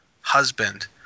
husband